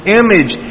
image